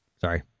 Sorry